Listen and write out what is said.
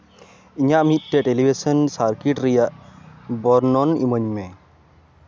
ᱤᱧᱟᱹᱜ ᱢᱤᱫᱴᱮᱱ television circuit ᱨᱮᱭᱟᱜ ᱵᱚᱨᱱᱚᱱ ᱤᱢᱟᱹᱧ ᱢᱮ